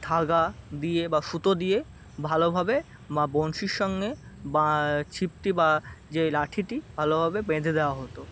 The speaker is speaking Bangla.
ধাগা দিয়ে বা সুতো দিয়ে ভালোভাবে বা বঁড়শির সঙ্গে বা ছিপটি বা যে ওই লাঠিটি ভালোভাবে বেঁধে দেওয়া হতো